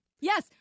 Yes